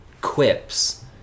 quips